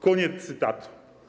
Koniec cytatu.